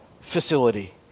facility